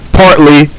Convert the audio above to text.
partly